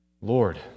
Lord